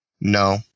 No